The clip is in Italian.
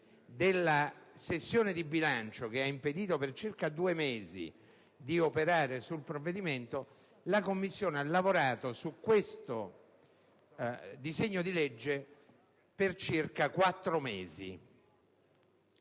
della sessione di bilancio, che a sua volta ha impedito per circa due mesi di esaminare il provvedimento, l'8a Commissione ha lavorato su questo disegno di legge per circa quattro mesi.